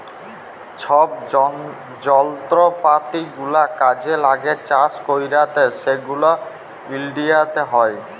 ছব যলত্রপাতি গুলা কাজে ল্যাগে চাষ ক্যইরতে সেগলা ইলডিয়াতে হ্যয়